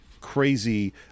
crazy